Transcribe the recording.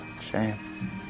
shame